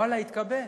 ואללה, התקבל.